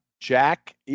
Jack